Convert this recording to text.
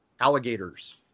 alligators